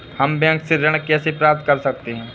हम बैंक से ऋण कैसे प्राप्त कर सकते हैं?